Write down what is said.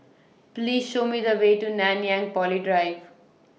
Please Show Me The Way to Nanyang Poly Drive